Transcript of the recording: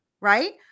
right